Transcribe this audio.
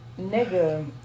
Nigga